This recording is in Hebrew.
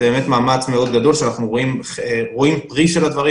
באמת מאמץ מאוד גדול, שאנחנו רואים פרי של הדברים.